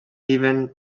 even